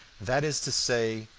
that is to say,